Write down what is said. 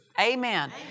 Amen